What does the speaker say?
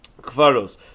Kvaros